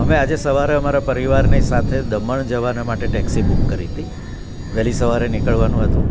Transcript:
અમે આજે સવારે અમારા પરિવારની સાથે દમણ જવાના માટે ટેક્ષી બુક કરી હતી વેહલી સવારે નીકળવાનું હતું